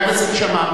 חבר הכנסת שאמה,